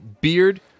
beard